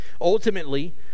Ultimately